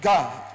God